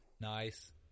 Nice